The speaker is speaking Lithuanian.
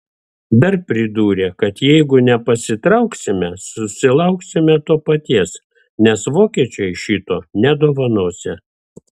dar pridūrė kad jeigu nepasitrauksime susilauksime to paties nes vokiečiai šito nedovanosią